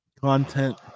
content